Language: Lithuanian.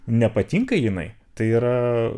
nepatinka jinai tai yra